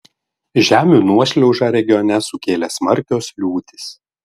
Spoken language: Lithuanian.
žemių nuošliaužą regione sukėlė smarkios liūtys